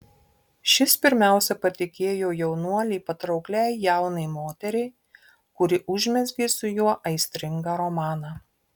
šis pirmiausia patikėjo jaunuolį patraukliai jaunai moteriai kuri užmezgė su juo aistringą romaną